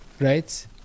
Right